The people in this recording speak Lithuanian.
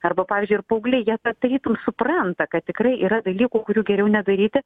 arba pavyzdžiui ir paaugliai jie tarytum supranta kad tikrai yra dalykų kurių geriau nedaryti